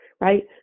right